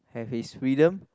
have his freedom